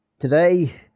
Today